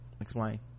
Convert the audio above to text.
explain